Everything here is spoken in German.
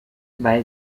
weil